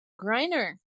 Griner